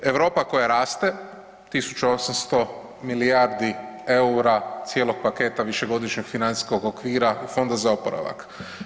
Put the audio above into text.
Europa koja raste 1800 milijardi eura cijelog paketa višegodišnjeg financijskog okvira iz Fonda za oporavak.